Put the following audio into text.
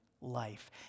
life